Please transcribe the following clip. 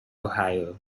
ohio